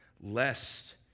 lest